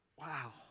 Wow